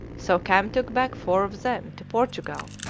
so cam took back four of them to portugal,